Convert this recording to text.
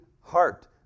heart